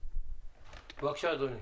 בבקשה אדוני,